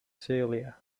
celia